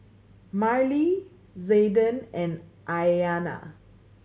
Marlee Zaiden and Aiyana